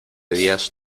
días